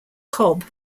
cobb